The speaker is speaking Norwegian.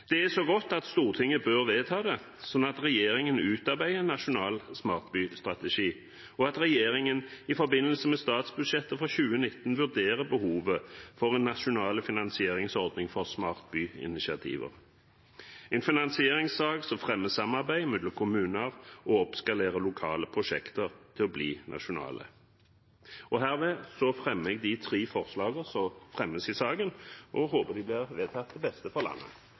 Det er så godt at Stortinget bør vedta det, sånn at regjeringen utarbeider en nasjonal smartbystrategi, og at regjeringen i forbindelse med statsbudsjettet for 2019 vurderer behovet for en nasjonal finansieringsordning for smartbyinitiativer. Det er en finansieringssak som fremmer samarbeid mellom kommuner og eskalerer lokale prosjekter til å bli nasjonale. Herved tar jeg opp de tre forslagene som fremmes i saken, og håper de blir vedtatt, til beste for landet.